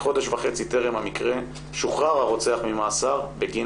כחודש וחצי טרם המקרה שוחרר הרוצח ממאסר בגין